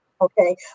okay